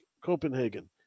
Copenhagen